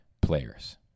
players